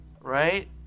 right